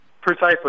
Precisely